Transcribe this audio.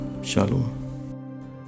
Shalom